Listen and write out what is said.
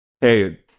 hey